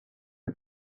you